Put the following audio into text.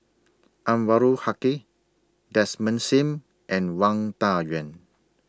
Anwarul Haque Desmond SIM and Wang Dayuan